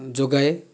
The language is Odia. ଯୋଗାଏ